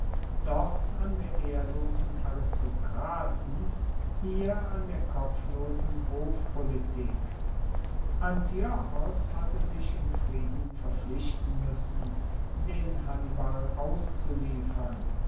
dort an der ehrlosen aristokraten hier an der kopflosen hofpolitik antiochos hatte sich im frieden verpflichten muessen den hannibal auszuliefern